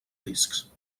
discs